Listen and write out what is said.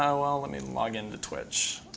um well, let me log into twitch.